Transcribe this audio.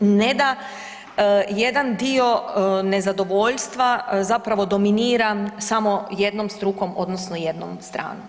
Ne da jedan dio nezadovoljstva zapravo dominira samo jednom strukom, odnosno jednom stranom.